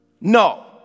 No